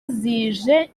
zije